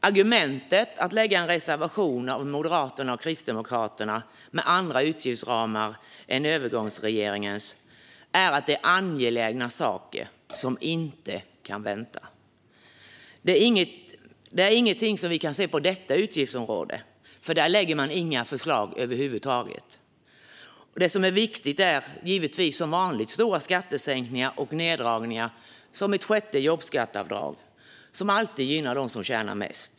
Argumentet för att lägga fram en reservation av M och KD med andra utgiftsramar än övergångsregeringens är att det är angelägna saker som inte kan vänta. Det är inte något som vi kan se när det gäller detta utgiftsområde, för där lägger man inte fram några förslag över huvud taget. Det som är viktigt är givetvis, som vanligt, stora skattesänkningar och neddragningar, såsom ett sjätte jobbskatteavdrag, som alltid gynnar dem som tjänar mest.